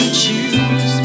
choose